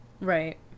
right